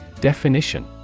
Definition